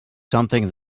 something